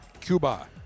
Cuba